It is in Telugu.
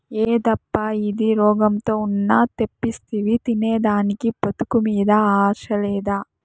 యేదప్పా ఇది, రోగంతో ఉన్న తెప్పిస్తివి తినేదానికి బతుకు మీద ఆశ లేదా